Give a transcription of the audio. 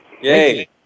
Yay